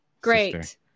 Great